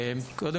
ראשית,